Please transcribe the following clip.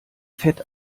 fett